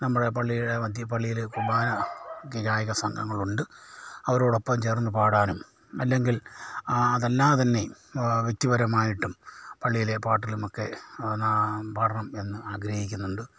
നമ്മുടെ പള്ളിയിലെ മധ്യ പള്ളിയിലെ കുർബാന ഈ ഗായക സംഘങ്ങളുണ്ട് അവരോടൊപ്പം ചേർന്ന് പാടാനും അല്ലെങ്കിൽ ആ അതല്ലാതെ തന്നെയും വ്യക്തിപരമായിട്ടും പള്ളിയിലെ പാട്ടിലുമൊക്കെ ഞാൻ പാടണം എന്ന് ആഗ്രഹിക്കുന്നുണ്ട്